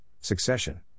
succession